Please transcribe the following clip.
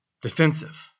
defensive